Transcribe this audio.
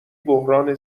بحران